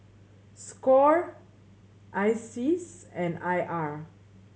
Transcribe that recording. score ISEAS and I R